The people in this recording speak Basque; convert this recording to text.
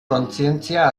kontzientzia